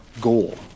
goal